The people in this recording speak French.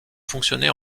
fonctionner